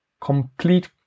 complete